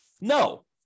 No